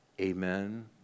Amen